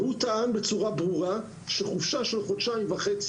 הוא טען בצורה ברורה שחופשה של חודשיים וחצי,